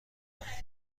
کنی